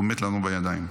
והוא מת לנו בידיים.